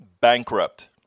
bankrupt